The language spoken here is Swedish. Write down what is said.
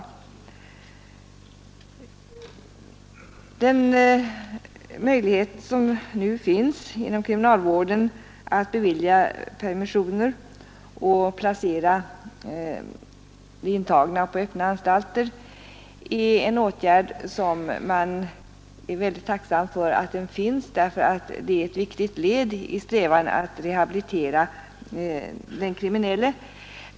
Att det nu finns möjlighet att inom kriminalvården vidta sådana åtgärder som att bevilja permissioner och placera intagna på öppna anstalter är man väldigt tacksam för, därför att det är ett viktigt led i strävan att rehabilitera den kriminelle.